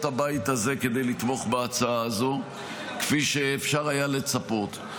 הבית הזה כדי לתמוך בהצעה הזו כפי שאפשר היה לצפות.